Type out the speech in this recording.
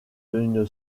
une